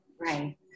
Right